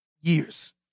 years